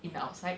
in outside